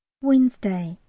wednesday,